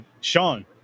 Sean